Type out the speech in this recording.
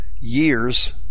years